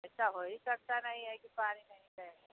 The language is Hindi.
ऐसा हो ही सकता नहीं है कि पानी नहीं जाएगा